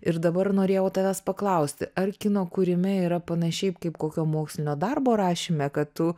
ir dabar norėjau tavęs paklausti ar kino kūrime yra panašiai kaip kokio mokslinio darbo rašyme kad tu